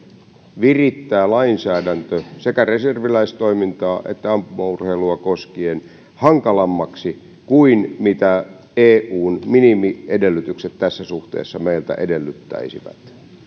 virittää lainsäädäntö sekä reserviläistoimintaa että ampumaurheilua koskien hankalammaksi kuin mitä eun minimiedellytykset tässä suhteessa meiltä edellyttäisivät